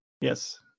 Yes